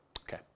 Okay